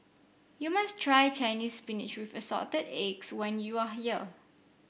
you must try Chinese Spinach with Assorted Eggs when you are here